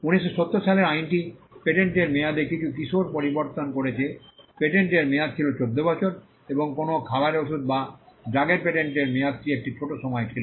1970 সালের আইনটি পেটেন্টের মেয়াদে কিছু কিশোর পরিবর্তন করেছে পেটেন্টের মেয়াদ ছিল 14 বছর এবং কোনও খাবারের ওষুধ বা ড্রাগের পেটেন্টের মেয়াদটি একটি ছোট সময় ছিল